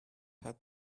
had